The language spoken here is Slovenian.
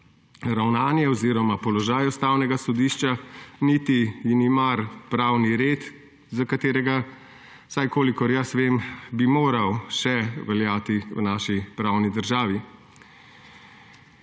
ravnanje oziroma položaj Ustavnega sodišča, niti ji ni mar pravni red, ki , vsaj kolikor jaz vem, bi moral še veljati v naši pravni državi.